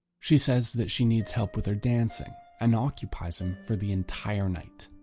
she says that she needs help with her dancing and occupies him for the entire night.